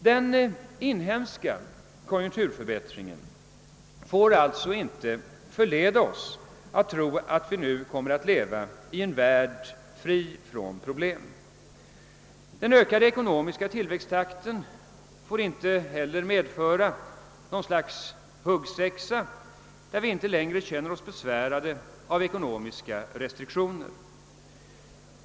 Den inhemska konjunkturförbättringen får alltså inte förleda oss att tro att vi nu kommer att leva i en värld fri från problem. Den ökade ekonomiska tillväxttakten får inte heller leda till något slags huggsexa, där vi inte längre känner oss besvärade av ekonomiska restriktioner.